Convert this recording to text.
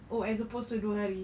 oh as opposed to dua hari